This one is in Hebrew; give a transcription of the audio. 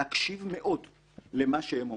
בנושאי ביטחון בפרט, להקשיב מאוד למה שהם אומרים.